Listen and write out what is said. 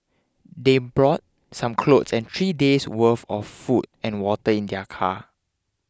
they brought some clothes and three days' worth of food and water in their car